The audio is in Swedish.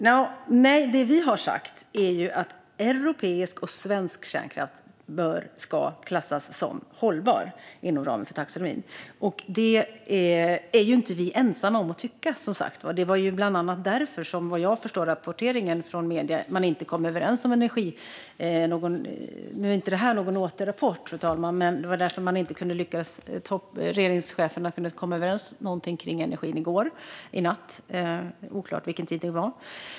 Fru talman! Det vi har sagt är att europeisk och svensk kärnkraft bör och ska klassas som hållbar inom ramen för taxonomin. Det är vi som sagt inte ensamma om att tycka. Som jag förstått det av medierapporteringen var det bland annat därför man inte kom överens i energifrågan. Nu är det här inte någon återrapport, fru talman, men det var därför regeringscheferna inte lyckades komma överens om energin i går, i natt, oklart vilken tid det var.